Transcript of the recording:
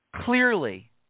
clearly